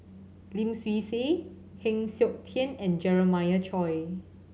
Lim Swee Say Heng Siok Tian and Jeremiah Choy